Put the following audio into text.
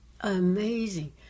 Amazing